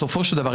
בסופו של דבר,